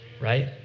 right